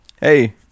hey